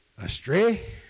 astray